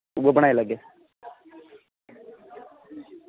उ'ऐ बनाई लैगे